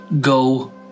go